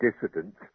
dissidents